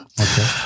Okay